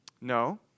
No